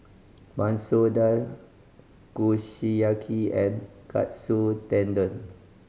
Masoor Dal Kushiyaki and Katsu Tendon